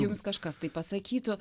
jums kažkas tai pasakytų